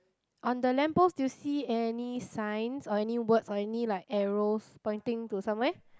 on the lamp post do you see any signs or any words or any like arrows pointing to somewhere